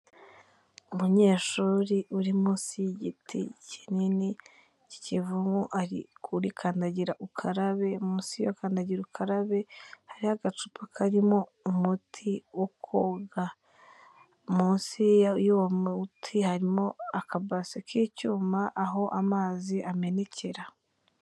Umunyeshuri uri munsi y'igiti kinini cy'ikivumu, ari kuri kandagira ukarabe, munsi yiyo kandagira ukarabe hariho agacupa karimo umuti wo koga, munsi y'uwo muti harimo akabase k'icyuma aho amazi amenekera.